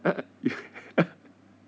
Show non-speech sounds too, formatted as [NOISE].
[LAUGHS]